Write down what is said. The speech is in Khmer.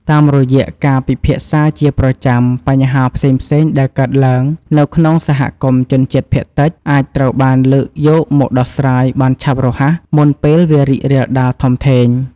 តាមរយៈការពិភាក្សាជាប្រចាំ បញ្ហាផ្សេងៗដែលកើតឡើងនៅក្នុងសហគមន៍ជនជាតិភាគតិច អាចត្រូវបានលើកយកមកដោះស្រាយបានឆាប់រហ័ស មុនពេលវារីករាលដាលធំធេង។